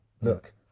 look